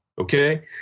Okay